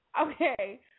Okay